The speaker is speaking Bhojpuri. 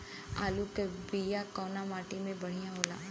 आलू के बिया कवना माटी मे बढ़ियां होला?